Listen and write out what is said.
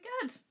good